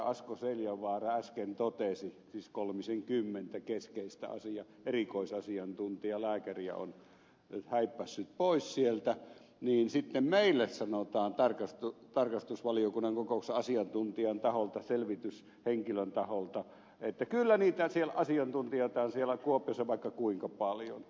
asko seljavaara äsken totesi siis kolmisenkymmentä keskeistä erikoisasiantuntijalääkäriä on häippäissyt pois sieltä niin sitten meille sanotaan tarkastusvaliokunnan kokouksessa asiantuntijan taholta selvityshenkilön taholta että kyllä niitä asiantuntijoita on siellä kuopiossa vaikka kuinka paljon